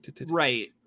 right